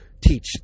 teach